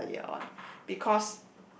said earlier one because